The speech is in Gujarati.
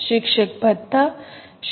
શિક્ષક ભથ્થા શિક્ષકને કેટલું ભથ્થું